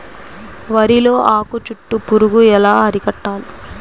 వరిలో ఆకు చుట్టూ పురుగు ఎలా అరికట్టాలి?